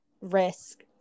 risk